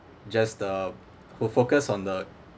just uh who focus on the